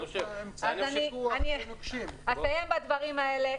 אני אסיים בדברים האלה.